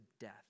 death